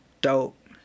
dope